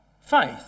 Faith